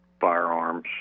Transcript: firearms